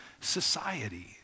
society